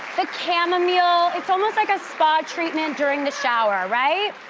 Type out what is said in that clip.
the chamomile. it's almost like a spa treatment during the shower, right?